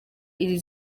iri